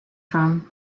from